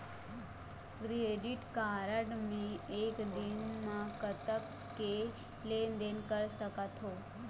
Credit card मे एक दिन म कतक के लेन देन कर सकत हो?